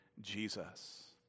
Jesus